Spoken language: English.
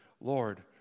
Lord